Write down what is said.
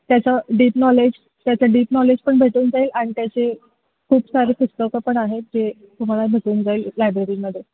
त्याचं deep knowledge त्याचं deep knowledge पण भेटून जाईल आणि त्याचे खूप सारी पुस्तकं पण आहेत जे तुम्हाला भेटून जाईल लायब्ररीमध्ये